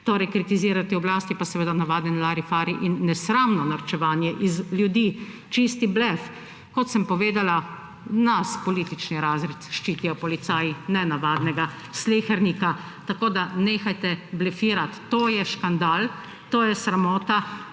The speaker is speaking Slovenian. torej kritizirati oblast, je pa seveda navaden larifari in nesramno norčevanje iz ljudi. Čisti blef. Kot sem povedala, nas, politični razred, ščitijo policaji, ne navadnega slehernika, tako da nehajte blefirati. To je škandal, to je sramota